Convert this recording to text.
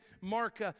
Mark